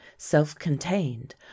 self-contained